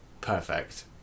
Perfect